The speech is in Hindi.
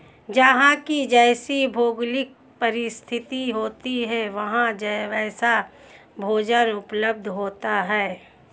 जहां की जैसी भौगोलिक परिस्थिति होती है वहां वैसा भोजन उपलब्ध होता है